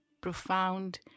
profound